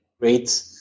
great